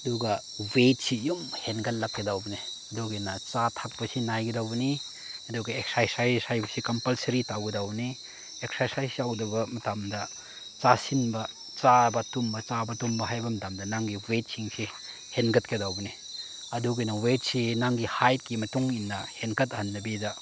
ꯑꯗꯨꯒ ꯋꯦꯠꯁꯤ ꯌꯥꯝ ꯍꯦꯟꯒꯠꯂꯛꯀꯗꯧꯕꯅꯦ ꯑꯗꯨꯒꯤꯅ ꯆꯥ ꯊꯛꯄꯁꯤ ꯅꯥꯏꯒꯗꯧꯕꯅꯤ ꯑꯗꯨꯒ ꯑꯦꯛꯁꯔꯁꯥꯏꯁ ꯍꯥꯏꯕꯁꯤ ꯀꯝꯄꯜꯁꯔꯤ ꯇꯧꯒꯗꯧꯕꯅꯤ ꯑꯦꯛꯁꯔꯁꯥꯏꯁ ꯌꯥꯎꯗꯕ ꯃꯇꯝꯗ ꯆꯥꯁꯤꯟꯕ ꯆꯥꯕ ꯇꯨꯝꯕ ꯆꯥꯕ ꯇꯨꯝꯕ ꯍꯥꯏꯕ ꯃꯇꯝꯗ ꯅꯪꯒꯤ ꯋꯦꯠꯁꯤꯡꯁꯤ ꯍꯦꯟꯒꯠꯀꯗꯧꯕꯅꯤ ꯑꯗꯨꯒꯤꯅ ꯋꯦꯠꯁꯤ ꯅꯪꯒꯤ ꯍꯥꯏꯠꯀꯤ ꯃꯇꯨꯡꯏꯟꯅ ꯍꯦꯟꯀꯠꯍꯟꯗꯕꯤꯗ